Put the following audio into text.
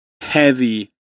heavy